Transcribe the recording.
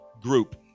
group